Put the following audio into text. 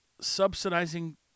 subsidizing